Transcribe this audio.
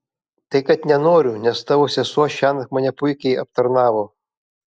tai kad nenoriu nes tavo sesuo šiąnakt mane puikiai aptarnavo